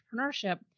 entrepreneurship